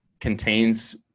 contains